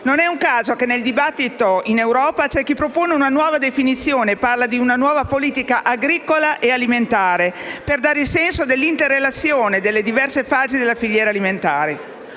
Non è un caso che nel dibattito in Europa c'è chi propone una nuova definizione e parla di una nuova politica agricola e alimentare, per dare il senso dell'interrelazione delle diverse fasi della filiera alimentare.